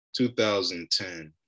2010